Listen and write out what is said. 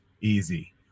easy